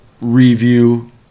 review